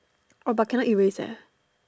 orh but can not erase eh